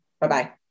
Bye-bye